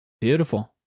Beautiful